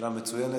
שאלה מצוינת.